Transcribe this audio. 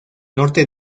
norte